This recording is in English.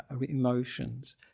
emotions